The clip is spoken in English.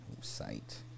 site